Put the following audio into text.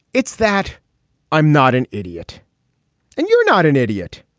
it's that i'm not an idiot and you're not an idiot.